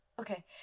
Okay